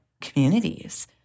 communities